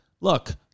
look